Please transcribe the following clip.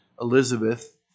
Elizabeth